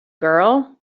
girl